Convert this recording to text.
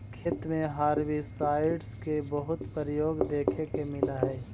खेत में हर्बिसाइडस के बहुत प्रयोग देखे के मिलऽ हई